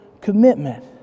commitment